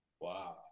wow